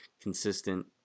consistent